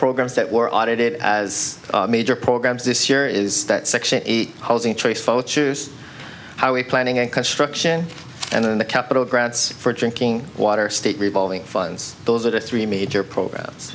programs that were audited as major programs this year is that section eight housing ptrace both choose how we planning and construction and in the capitol grounds for drinking water state revolving funds those are the three major programs